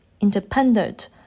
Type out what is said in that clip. independent